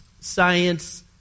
science